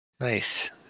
Nice